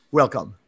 welcome